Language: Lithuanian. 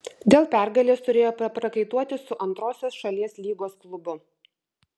dėl pergalės turėjo paprakaituoti su antrosios šalies lygos klubu